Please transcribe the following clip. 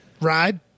ride